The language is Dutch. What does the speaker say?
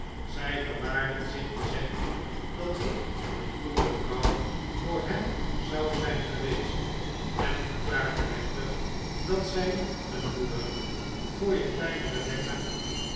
zij verwaardigt zich te zeggen dat ik een goede vrouw voor hem zou zijn geweest en verklaart plechtig dat zij een moeder voor je kleine rebecca